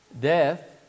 Death